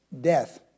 death